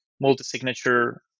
multi-signature